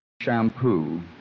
Shampoo